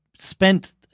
spent